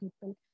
people